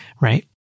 Right